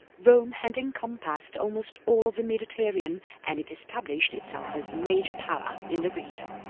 rome had encompassed almost all of the mediterranean and it established itself as the major power in the region.